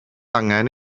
angen